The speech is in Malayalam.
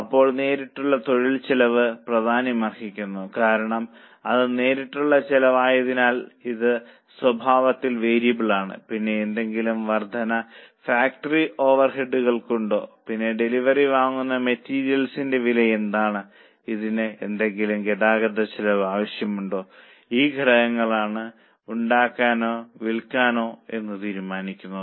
അപ്പോൾ നേരിട്ടുള്ള തൊഴിൽ ചെലവ് പ്രാധാന്യമർഹിക്കുന്നു കാരണം അത് നേരിട്ടുള്ള ചെലവായതിനാൽ ഇത് സ്വഭാവത്തിൽ വേരിയബിൾ ആണ് പിന്നെ എന്തെങ്കിലും വർദ്ധന ഫാക്ടറി ഓവർഹെഡുകൾ ഉണ്ടോ പിന്നെ ഡെലിവറി വാങ്ങുന്ന മെറ്റീരിയലിന്റെ വിലയെന്താണ് ഇതിന് എന്തെങ്കിലും ഗതാഗത ചെലവ് ആവശ്യമുണ്ടോ ഈ ഘടകങ്ങൾ ആണ് ഉണ്ടാക്കണമോ വിൽക്കണമോ എന്ന് തീരുമാനിക്കുന്നത്